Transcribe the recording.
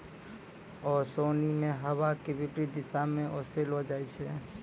ओसोनि मे हवा के विपरीत दिशा म ओसैलो जाय छै